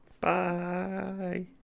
Bye